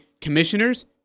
commissioners